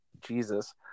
Jesus